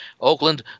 Oakland